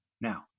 now